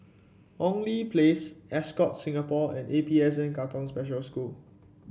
Hong Lee Place Ascott Singapore and A P S N Katong Special School